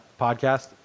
podcast